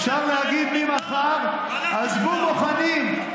אפשר להגיד ממחר: עזבו בוחנים,